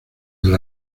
del